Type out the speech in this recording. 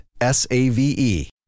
S-A-V-E